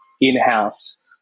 in-house